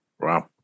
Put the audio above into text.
Wow